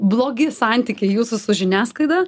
blogi santykiai jūsų su žiniasklaida